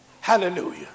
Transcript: Hallelujah